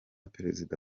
perezida